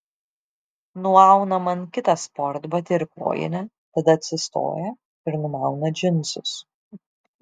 nuauna man kitą sportbatį ir kojinę tada atsistoja ir numauna džinsus